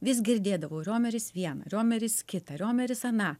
vis girdėdavau riomeris vieną riomeris kitą riomeris aną